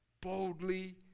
boldly